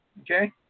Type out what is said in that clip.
Okay